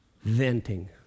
Venting